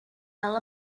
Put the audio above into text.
fel